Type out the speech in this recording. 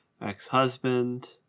ex-husband